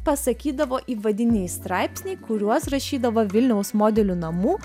pasakydavo įvadiniai straipsniai kuriuos rašydavo vilniaus modelių namų